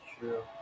True